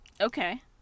Okay